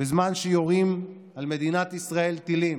בזמן שיורים על מדינת ישראל טילים,